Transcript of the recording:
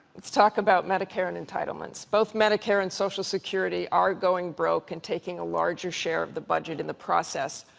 let's talk about medicare and entitlements. both medicare and social security are going broke and taking a larger share of the budget in the process.